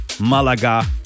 Malaga